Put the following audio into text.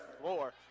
floor